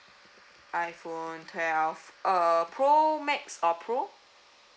iphone twelve uh pro max or pro